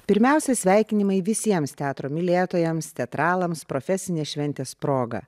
pirmiausia sveikinimai visiems teatro mylėtojams teatralams profesinės šventės proga